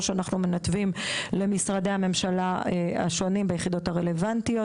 או שמנתבים למשרדי הממשלה השונים ביחידות הרלוונטיות,